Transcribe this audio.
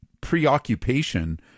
preoccupation